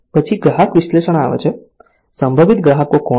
પછી ગ્રાહક વિશ્લેષણ આવે છે સંભવિત ગ્રાહકો કોણ છે